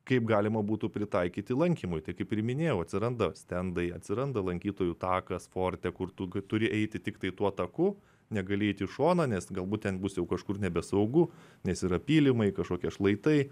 kaip galima būtų pritaikyti lankymui tai kaip ir minėjau atsiranda stendai atsiranda lankytojų takas forte kur tu turi eiti tiktai tuo taku negali eiti į šoną nes galbūt ten bus jau kažkur nebesaugu nes yra pylimai kažkokie šlaitai